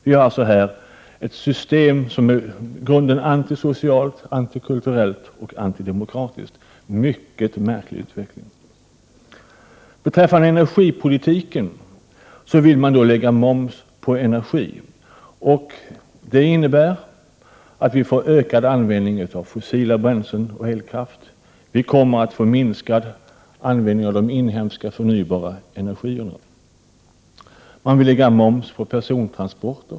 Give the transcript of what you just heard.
Vi ser här ett system som är i grunden antisocialt, antikulturellt och antidemokratiskt — en mycket märklig utveckling. I fråga om energipolitiken vill man lägga moms på energi. Det innebär att vi får en ökad användning av fossila bränslen och elkraft. Vi kommer att få minskad användning av de inhemska förnybara energislagen. Man vill lägga moms på persontransporter.